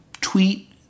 tweet